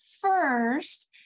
First